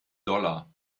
dollar